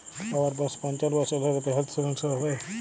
বাবার বয়স পঞ্চান্ন বছর তাহলে হেল্থ ইন্সুরেন্স হবে?